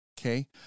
okay